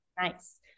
Nice